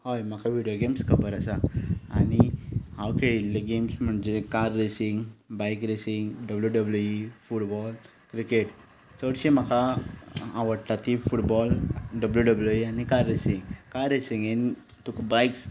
हय म्हाका video games खबर आसात आनी हांव खेळिल्ले गॅम्स म्हणजे car racing bike racing W W E football cricket चडशें म्हाका आवडटा ती फुटबॉल डब्ल्यू डब्ल्यू इ आनी कार रेसिंग कार रेसिंगेंत तुका बायक